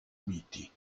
miti